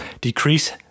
decrease